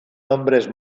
nombres